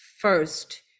first